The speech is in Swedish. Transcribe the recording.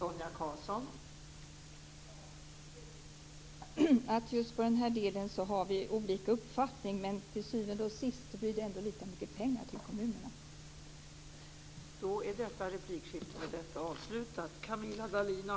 Fru talman! Just på den här delen har vi olika uppfattning, men till syvende och sist blir det ändå lika mycket pengar till kommunerna.